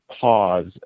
pause